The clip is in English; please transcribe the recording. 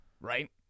Right